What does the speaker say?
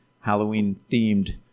Halloween-themed